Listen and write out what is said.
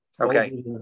Okay